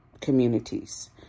communities